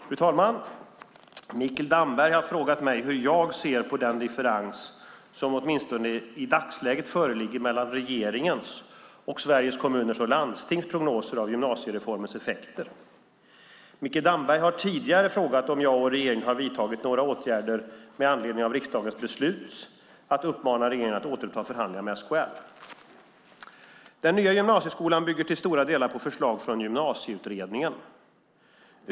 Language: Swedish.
Fru talman! Mikael Damberg har frågat mig hur jag ser på den differens som åtminstone i dagsläget föreligger mellan regeringens och Sveriges Kommuner och Landstings prognoser av gymnasiereformens effekter. Mikael Damberg har vidare frågat om jag och regeringen har vidtagit några åtgärder med anledning av riksdagens beslut att uppmana regeringen att återuppta förhandlingar med SKL. Den nya gymnasieskolan bygger till stora delar på förslag från Gymnasieutredningen.